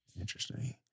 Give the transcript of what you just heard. Interesting